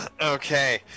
Okay